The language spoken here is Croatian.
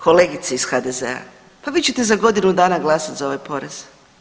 Kolegice iz HDZ-a pa vi ćete za godinu dana glasati za ovaj porez.